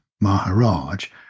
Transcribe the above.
Maharaj